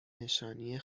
نشانی